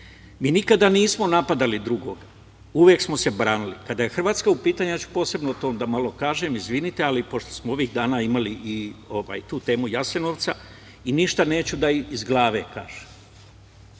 Mi nikada nismo napadali drugog, uvek smo se branili. Kada je Hrvatska u pitanju, ja ću posebno o tome da malo kažem, izvinite, ali pošto smo ovih dana imali i tu temu Jasenovca i ništa neću da iz glave kažem.